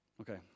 Okay